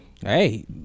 Hey